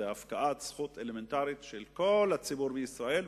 זאת הפקעת זכות אלמנטרית של כל הציבור בישראל,